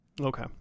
Okay